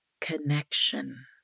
Connection